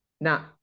now